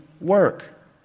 work